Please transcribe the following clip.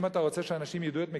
אם אתה רוצה שאנשים ידעו את מקצועם,